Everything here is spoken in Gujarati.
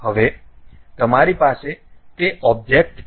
હવે તમારી પાસે તે ઓબ્જેક્ટ છે